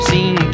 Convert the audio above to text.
Seen